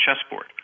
chessboard